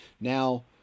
Now